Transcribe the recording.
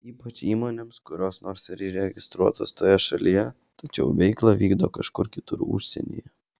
ypač įmonėms kurios nors ir įregistruotos toje šalyje tačiau veiklą vykdo kažkur kitur užsienyje